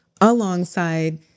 alongside